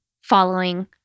following